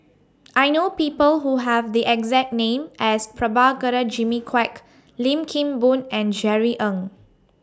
I know People Who Have The exact name as Prabhakara Jimmy Quek Lim Kim Boon and Jerry Ng